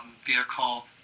vehicle